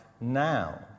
now